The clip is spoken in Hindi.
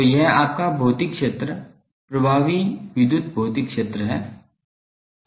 तो यह आपका भौतिक क्षेत्र प्रभावी विद्युत भौतिक क्षेत्र है